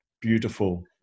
beautiful